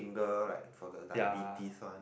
the like for the diabetes one